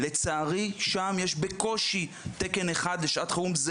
לצערי שם יש בקושי תקן אחד לשעת חירום.